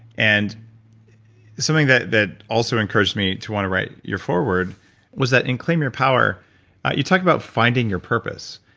and something that that also encouraged me to want to write your foreword was that in claim your power you talked about finding your purpose.